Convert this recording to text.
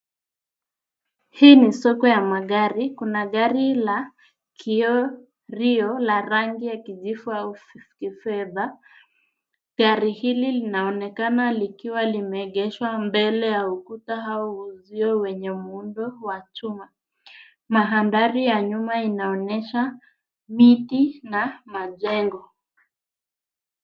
Hii ni soko ya magari. Kuna gari la kioo rio ya rangi ya kijivu au kifedha. Gari hili linaonekana likiwa limeegeshwa mbele ya ukuta au uzio wenye muundo wa chuma. Mandhari ya nyuma inaonyesha miti na majengo.